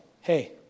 Hey